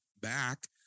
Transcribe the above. back